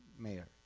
mayor.